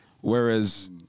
Whereas